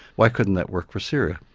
why couldn't that work for syria?